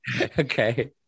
Okay